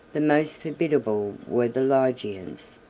the most formidable were the lygians,